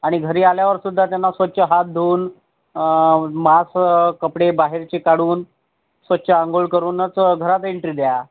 आणि घरी आल्यावर सुद्धा त्यांना स्वच्छ हात धुवून मास्क कपडे बाहेरचे काढून स्वच्छ आंघोळ करूनच घरात एन्ट्री द्या